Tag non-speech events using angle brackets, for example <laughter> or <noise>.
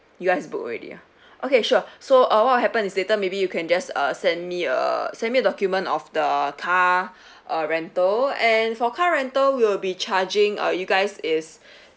you guys book already ah okay sure so uh what will happen is either maybe you can just uh send me a send me the document of the car <breath> uh rental and for car rental we'll be charging uh you guys is <breath>